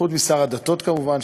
חוץ משר הדתות כמובן,